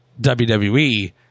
WWE